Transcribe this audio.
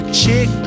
chick